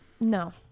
No